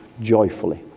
joyfully